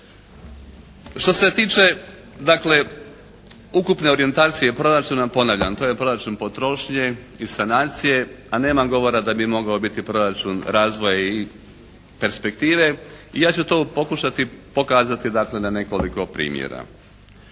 Što se tiče dakle ukupne orijentacije proračuna ponavljam. To je proračun potrošnje i sanacije ali nema govora da bi mogao biti proračun razvoja i perspektive. I ja ću to pokušati pokazati dakle na nekoliko primjera.